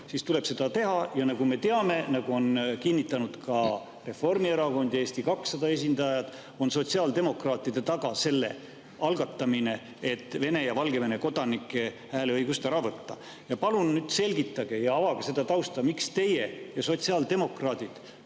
siis tuleb seda teha. Ja nagu me teame, nagu on kinnitanud ka Reformierakond ja Eesti 200 esindajad, on sotsiaaldemokraatide taga selle algatamine, et Vene ja Valgevene kodanike hääleõigust ära võtta. Palun nüüd selgitage ja avage seda tausta, miks teie ja sotsiaaldemokraadid